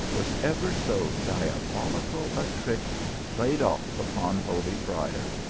was ever so diabolical a trick played off upon holy friar?